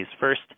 First